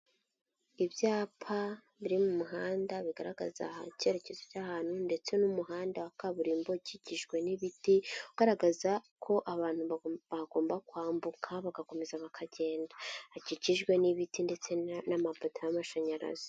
Ibyapa biri mu muhanda bigaragaza icyerekezo cy'ahantu ndetse n'umuhanda wa kaburimbo ukikijwe n'ibiti, ugaragaza ko abantu bagomba kwambuka bagakomeza bakagenda. Hakikijwe n'ibiti ndetse n'amapoto y'amashanyarazi.